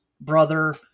brother